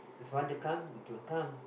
if want to come it will come